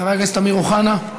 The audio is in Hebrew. חבר הכנסת אמיר אוחנה,